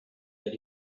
that